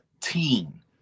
teen